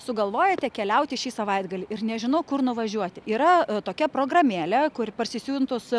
sugalvojote keliauti šį savaitgalį ir nežinau kur nuvažiuoti yra tokia programėlė kuri parsisiuntus